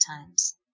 times